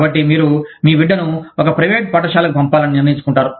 కాబట్టి మీరు మీ బిడ్డను ఒక ప్రైవేట్ పాఠశాలకు పంపాలని నిర్ణయించుకుంటారు